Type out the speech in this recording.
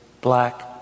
Black